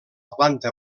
planta